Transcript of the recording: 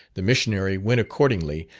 the missionary went accordingly,